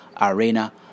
Arena